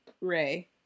Ray